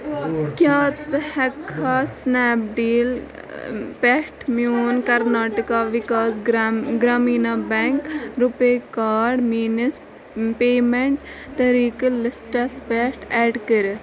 کیٛاہ ژٕ ہیٚککھا سِنیپ ڈیٖل پٮ۪ٹھ میون کرناٹکا وِکاس گرام گرٛامیٖنا بیٚنٛک رُپے کارڈ میٲنِس پیمیٚنٹ طٔریٖقہٕ لِسٹَس پٮ۪ٹھ ایڈ کٔرِتھ؟